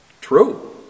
True